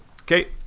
Okay